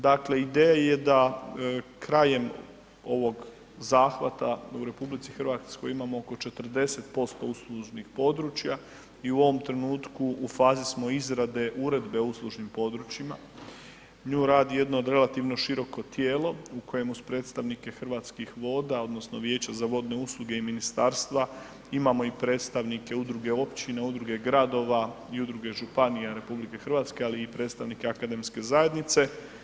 Dakle, ideja je da krajem ovog zahvata u RH imamo oko 40% uslužnih područja i u ovom trenutku u fazi smo izrade Uredbe o uslužnim područjima, nju radi jedno od relativno široko tijelo u kojemu uz predstavnike Hrvatskih voda odnosno Vijeća za vodne usluge i Ministarstva imamo i predstavnike Udruge općine, Udruge gradova i Udruge županija RH, ali i predstavnike akademske zajednice.